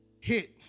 hit